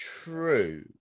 true